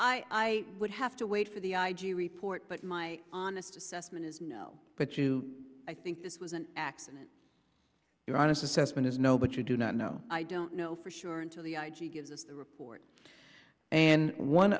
i would have to wait for the i g report but my honest assessment is no but you i think this was an accident your honest assessment is no but you do not know i don't know for sure until the i g gives this report and one